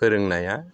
फोरोंनाया